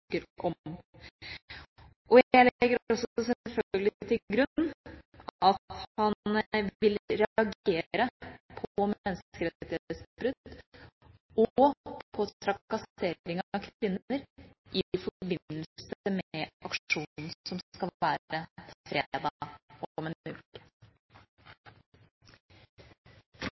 Jeg legger også selvfølgelig til grunn at han vil reagere på menneskerettighetsbrudd og på trakassering av kvinner i forbindelse med den aksjonen som skal være fredag om en uke.